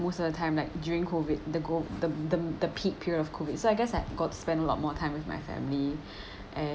most of the time like during COVID the go them them the peak period of COVID so I guess I got to spend a lot more time with my family and